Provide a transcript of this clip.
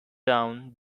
down